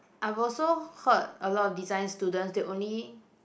I've also heard a lot of designs student they only